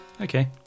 okay